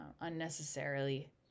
unnecessarily